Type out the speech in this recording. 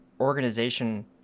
organization